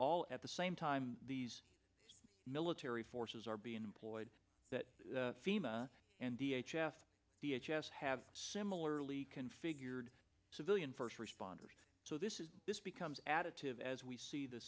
all at the same time these military forces are being employed that fema and v h f v h s have similarly configured civilian first responders so this is this becomes additive as we see the